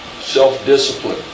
Self-discipline